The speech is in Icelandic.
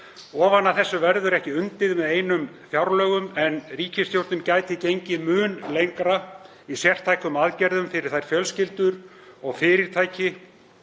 Ofan af þessu verður ekki undið með einum fjárlögum en ríkisstjórnin gæti gengið mun lengra í sértækum aðgerðum fyrir þær fjölskyldur og fyrirtæki